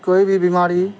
کوئی بھی بیماری